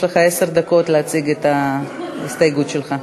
יש לך עשר דקות להציג את ההסתייגות שלך,